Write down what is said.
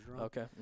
okay